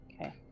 Okay